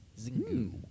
Zingu